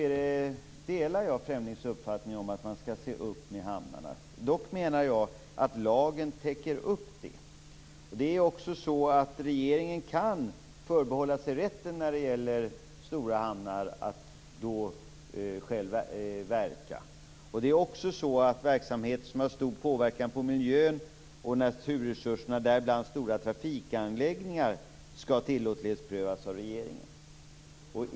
Jag delar Fremlings uppfattning om att man skall se upp med hamnarna. Dock menar jag att lagen täcker upp detta. Regeringen kan förbehålla sig rätten att själv verka när det gäller stora hamnar. Verksamhet som har stor påverkan på miljön och naturresurserna, däribland stora trafikanläggningar, skall också tillåtlighetsprövas av regeringen.